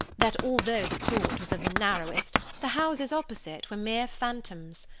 that although the court was of the narrowest, the houses opposite were mere phantoms.